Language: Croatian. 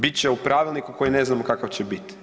Bit će u pravilniku koji ne znamo kakav će biti.